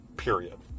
period